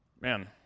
man